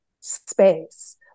space